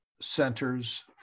centers